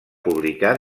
publicar